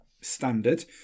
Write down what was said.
standard